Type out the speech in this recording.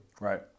Right